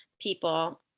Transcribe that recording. people